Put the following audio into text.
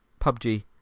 PUBG